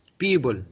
people